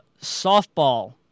softball